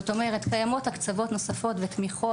זאת אומרת שקיימות הקצבות נוספות ותמיכות.